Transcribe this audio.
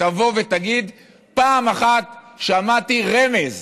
תבוא ותגיד: פעם אחת שמעתי רמז